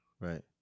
Right